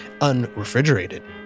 unrefrigerated